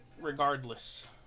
regardless